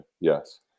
yes